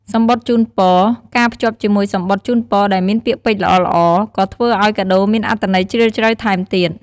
សំបុត្រជូនពរ ការភ្ជាប់ជាមួយសំបុត្រជូនពរដែលមានពាក្យពេចន៍ល្អៗ ក៏ធ្វើឲ្យកាដូមានអត្ថន័យជ្រាលជ្រៅថែមទៀត។